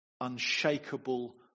unshakable